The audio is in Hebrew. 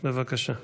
בבקשה.